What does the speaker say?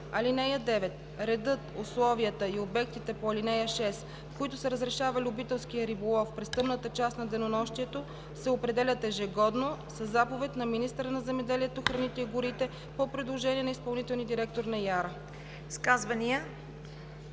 ал. 9: „(9) Редът, условията и обектите по ал. 6, в които се разрешава любителският риболов през тъмната част на денонощието, се определят ежегодно със заповед на министъра на земеделието, храните и горите, по предложение на изпълнителния директор на